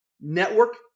network